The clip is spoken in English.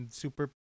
super